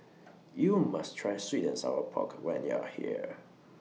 YOU must Try Sweet and Sour Pork when YOU Are here